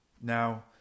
Now